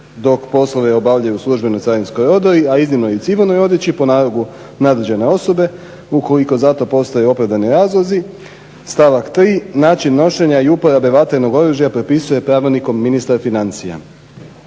dok poslove obavljaju u službenoj carinskoj odori, a iznimno i civilnoj odjeći po nalogu nadređene osobe ukoliko za to postoji opravdani razlozi." Stavak 3. "Način nošenja i uporabe vatrenog oružja prepisuje Pravilnikom ministar financija."